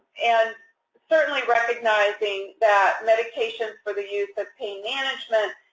and certainly, recognizing that medications for the use of pain management,